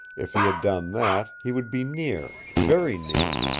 if he had done that he would be near, very near.